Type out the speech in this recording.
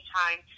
time